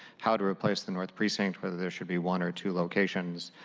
how to replace the north precinct when there should be one or two locations.